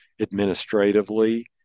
administratively